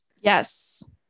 Yes